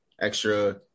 extra